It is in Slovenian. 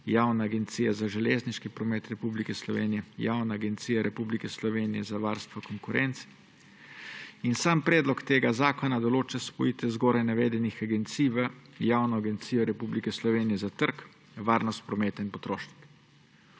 Javna agencija za železniški promet Republike Slovenije, Javna agencija Republike Slovenije za varstvo konkurence in sam predlog tega zakona določa spojitev zgoraj navedenih agencij v Javno agencijo Republike Slovenije za trg, varnost prometa in potrošnike.